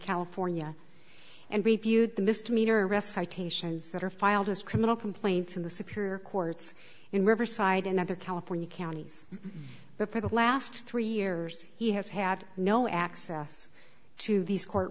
california and reviewed the missed meter arrest citations that are filed as criminal complaints in the superior courts in riverside and other california counties but for the last three years he has had no access to these court